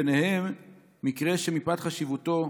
ובהם מקרה שבו מפאת חשיבותה,